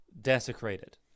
desecrated